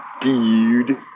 dude